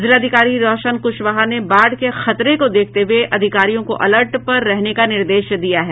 जिलाधिकारी रोशन कुशवाहा ने बाढ़ के खतरे को देखते हुए अधिकारियों को अलर्ट पर रहने का निर्देश दिया है